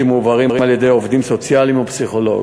שמועברים על-ידי עובדים סוציאליים ופסיכולוג.